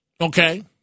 Okay